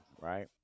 right